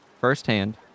firsthand